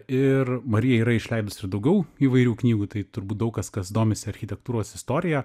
ir marija yra išleidus ir daugiau įvairių knygų tai turbūt daug kas kas domisi architektūros istorija